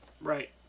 Right